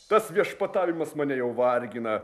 tas viešpatavimas mane jau vargina